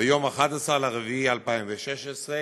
ביום 11 באפריל 2016,